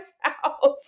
house